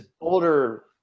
older